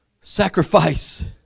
sacrifice